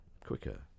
quicker